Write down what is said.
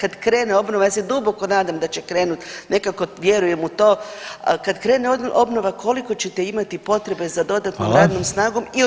kad krene obnova, ja se duboko nadam da će krenuti, nekako vjerujem u to, ali kad krene obnova, koliko ćete imati potrebe za dodatnom radnom snagom i od kud?